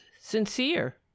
sincere